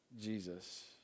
Jesus